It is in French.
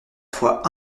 fois